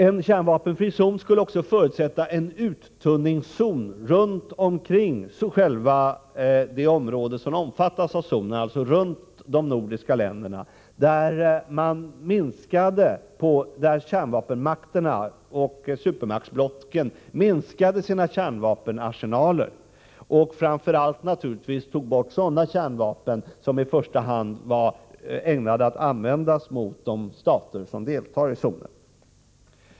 En kärnvapenfri zon skulle också förutsätta en uttunningszon runt omkring själva det område som omfattas av zonen, alltså runt de nordiska länderna, där kärnvapenmakterna minskade sina kärnvapenarsenaler och tog bort sådana kärnvapen som i första hand var ägnade att användas mot de stater som deltar i zonen.